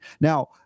Now